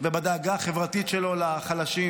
ובדאגה החברתית שלו לחלשים.